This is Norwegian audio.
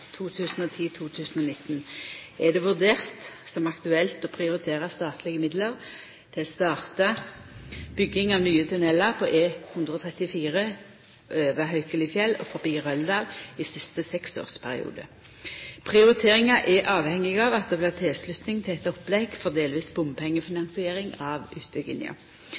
er det vurdert som aktuelt å prioritera statlege midlar til å starta bygging av nye tunnelar på E134 over Haukelifjell og forbi Røldal i siste seksårsperiode. Prioriteringa er avhengig av at det blir tilslutning til eit opplegg for delvis bompengefinansiering av utbygginga.